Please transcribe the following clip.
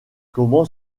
comment